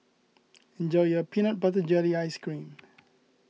enjoy your Peanut Butter Jelly Ice Cream